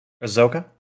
Azoka